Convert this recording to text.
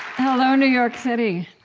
hello, new york city.